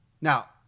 Now